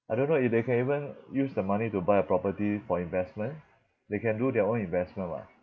I don't know if they can even use the money to buy a property for investment they can do their own investment [what]